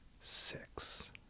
six